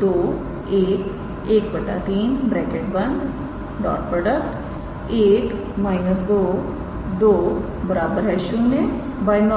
1 −22 0 by normal है